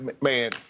man